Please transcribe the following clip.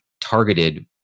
targeted